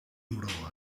durò